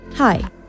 Hi